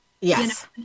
Yes